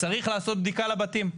צריך לעשות בדיקה לבתים.